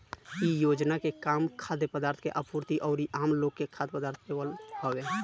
इ योजना के काम खाद्य पदार्थ के आपूर्ति अउरी आमलोग के खाद्य पदार्थ देहल हवे